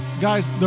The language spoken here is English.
Guys